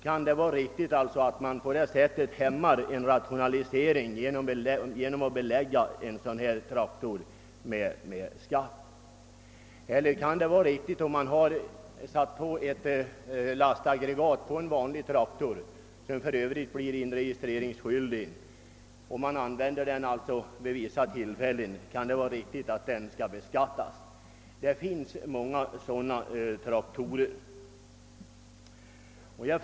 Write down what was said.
Kan det vara riktigt att på detta sätt hämma en rationalisering genom att belägga en sådan traktor med skatt? Om en person har satt ett lastaggregat på en vanlig traktor — som för övrigt blir registreringsskyldig — och använder den vid vissa tillfällen, kan det då vara riktigt att den beskattas? Det finns många fall där traktorer används på det sättet.